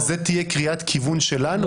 זו תהיה קריאת כיוון שלנו?